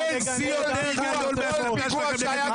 אין שיא יותר גדול מההסתה שלכם נגד מדינת ישראל.